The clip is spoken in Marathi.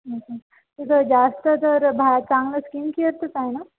हं हं तर जास्त जर हां चांगलं स्कीन केअरचचं आहे ना